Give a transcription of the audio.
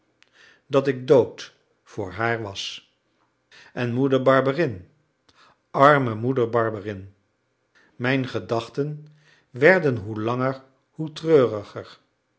dat ik dood voor haar was en moeder barberin arme moeder barberin mijn gedachten werden hoe langer hoe treuriger